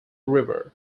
river